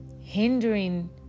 hindering